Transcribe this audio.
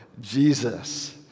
Jesus